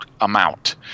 amount